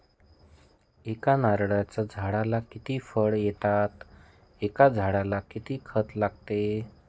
एका नारळाच्या झाडाला किती फळ येतात? एका झाडाला किती खत लागते?